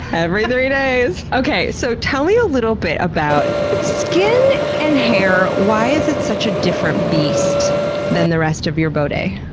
every three days, okay, so tell me a little bit about skin and hair. why is it such a different beast than the rest of your body?